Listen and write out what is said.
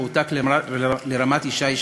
שהועתק לרמת-ישי שבצפון.